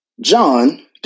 John